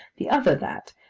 the other that,